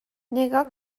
نگاه